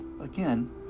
Again